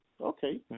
okay